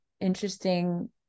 interesting